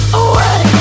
away